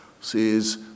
says